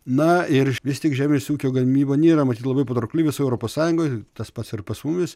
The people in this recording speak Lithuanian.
na ir vis tik žemės ūkio gamyba nėra matyt labai patraukli visoj europos sąjungoj tas pats ir pas mumis